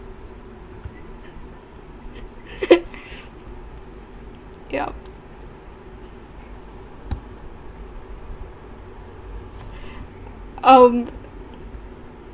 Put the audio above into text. yup um